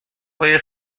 puede